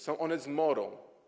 Są one zmorą.